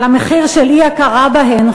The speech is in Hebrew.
אבל המחיר של אי-הכרה בהן,